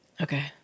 Okay